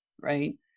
right